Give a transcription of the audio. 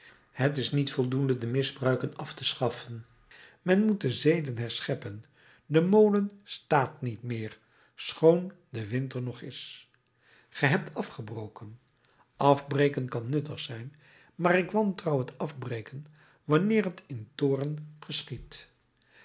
het is niet genoeg de misbruiken af te schaffen men moet de zeden herscheppen de molen staat niet meer schoon de wind er nog is gij hebt afgebroken afbreken kan nuttig zijn maar ik wantrouw het afbreken wanneer het in toorn geschiedt